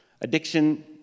Addiction